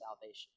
salvation